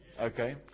Okay